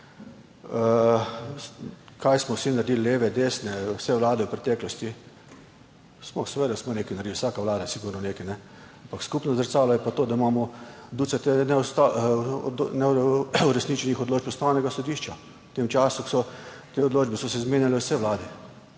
Kaj smo vsi naredili, leve, desne, vse vlade v preteklosti? Smo, seveda smo nekaj naredili, vsaka vlada je sigurno nekaj, ampak skupno zrcalo je pa to, da imamo ducate neuresničenih odločb Ustavnega sodišča, v tem času, odkar so te odločbe, so se izmenjale vse vlade,